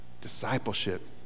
Discipleship